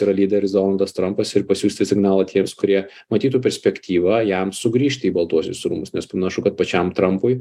yra lyderis donaldas trampas ir pasiųsti signalą tiems kurie matytų perspektyvą jam sugrįžti į baltuosius rūmus nes panašu kad pačiam trampui